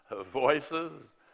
voices